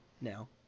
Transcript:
now